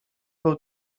był